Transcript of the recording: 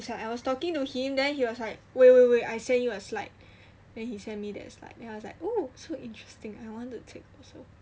so I was talking to him then he was like wait wait wait I send you a slide then he sent me that slide then I was like oh so interesting I want to take also